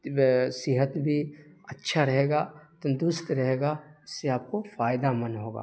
صحت بھی اچھا رہے گا تندرست رہے گا اس سے آپ کو فائدہ مند ہوگا